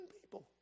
people